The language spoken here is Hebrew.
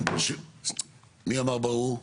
ברור.